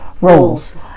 roles